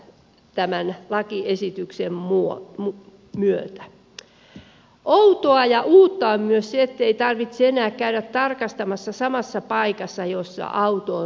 outoa ja uutta on myös se ettei tarvitse enää käydä tarkastamassa samassa paikassa jossa auto on hylätty